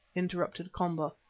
interrupted komba,